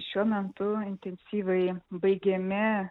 šiuo metu intensyviai baigiami